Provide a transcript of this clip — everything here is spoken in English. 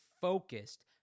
focused